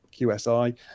QSI